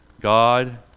God